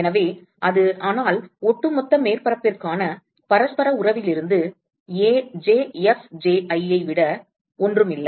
எனவே அது ஆனால் ஒட்டுமொத்த மேற்பரப்பிற்கான பரஸ்பர உறவிலிருந்து Aj Fji வை தவிர ஒன்றும் இல்லை